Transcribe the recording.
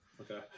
Okay